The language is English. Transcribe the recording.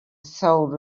soul